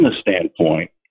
standpoint